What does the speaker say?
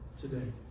today